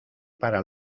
para